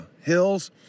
hills